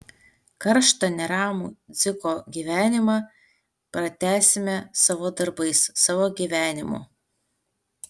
karštą neramų dziko gyvenimą pratęsime savo darbais savo gyvenimu